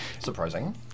Surprising